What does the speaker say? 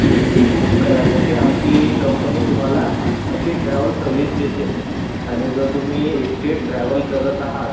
तुम्ही ती बुक करा जशी आमची कंपनी तुम्हाला अशी ट्रॅव्हल सर्विस देते आणि जर तुम्ही एकटे ट्रॅव्हल करत आहात